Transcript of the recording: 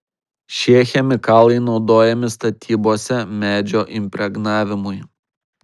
šie chemikalai naudojami statybose medžio impregnavimui